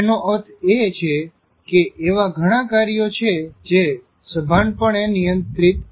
એનો અર્થ એ છે કે એવા ઘણા કાર્યો છે જે સભાનપણે નિયંત્રીત નથી